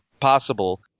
Possible